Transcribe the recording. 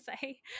say